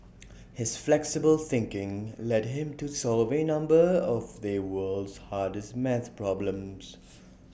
his flexible thinking led him to solve A number of the world's hardest math problems